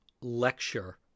lecture